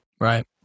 Right